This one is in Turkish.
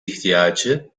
ihtiyacı